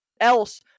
else